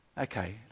okay